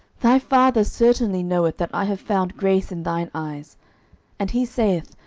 thy father certainly knoweth that i have found grace in thine eyes and he saith,